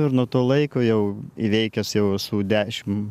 ir nuo to laiko jau įveikęs jau esu dešim